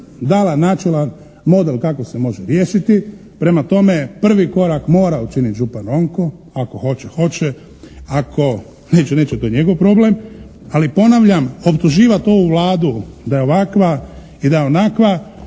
dala načelan model kako se može riješiti, prema tome prvi korak mora učiniti župan Ronko, ako hoće hoće, ako neće neće, to je njegov problem, ali ponavljam, optuživati ovu Vladu da je ovakva i da je onakva,